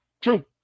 true